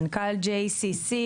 מנכ״ל ׳ACC׳,